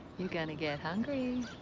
you're going to get hungry.